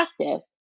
practice